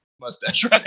mustache